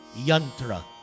yantra